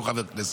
אותו חבר כנסת,